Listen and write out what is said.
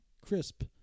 Crisp